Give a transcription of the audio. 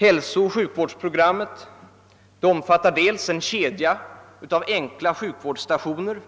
Hälsooch sjukvårdsprogrammet omfattar bl.a. en kedja av enkla sjukvårdsstationer,